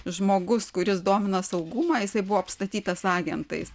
žmogus kuris domina saugumą jisai buvo apstatytas agentais